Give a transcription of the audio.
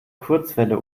kurzwelle